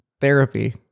Therapy